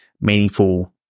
meaningful